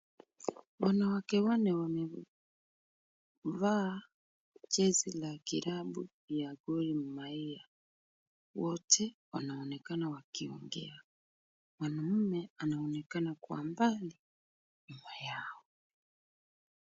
Wanawake wanne wamevaa jezi ya klabu ya Gor Mahia. Wote wanaonekana wakiongea. Mwanaume anaonekana kwa mbali nyuma yao.